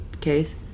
case